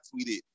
tweeted